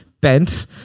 Bent